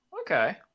Okay